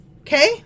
Okay